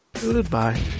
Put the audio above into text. goodbye